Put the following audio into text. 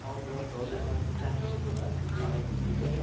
order ꯇꯧꯔꯤꯕ ꯆꯥꯛꯀ ꯆꯥꯏꯒꯗꯨ